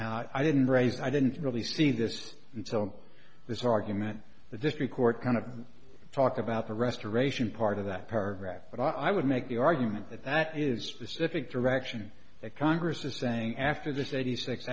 now i didn't raise i didn't really see this until this argument the district court kind of talk about the restoration part of that paragraph but i would make the argument that that is specific direction that congress is saying after this